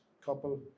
couple